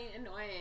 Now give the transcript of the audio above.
annoying